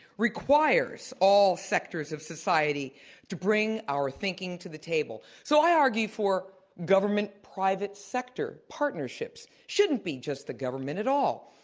requires all sectors of society to bring our thinking to the table. so i argue for government private sector partnerships. shouldn't be just the government at all.